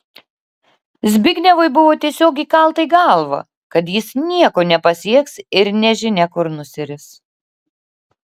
zbignevui buvo tiesiog įkalta į galvą kad jis nieko nepasieks ir nežinia kur nusiris